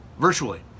virtually